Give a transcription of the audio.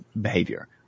behavior